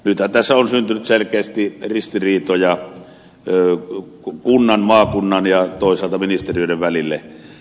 nythän tässä on syntynyt selkeästi ristiriitoja kunnan maakunnan ja toisaalta ministeriöiden välille